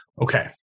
Okay